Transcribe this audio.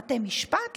בתי משפט,